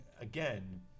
again